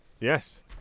yes